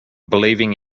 believing